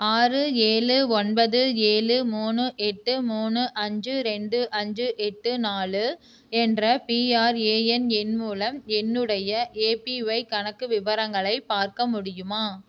ஆறு ஏழு ஒன்பது ஏழு மூணு எட்டு மூணு அஞ்சு ரெண்டு அஞ்சு எட்டு நாலு என்ற பிஆர்ஏஎன் எண் மூலம் என்னுடைய ஏபிஒய் கணக்கு விவரங்களை பார்க்க முடியுமா